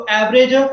average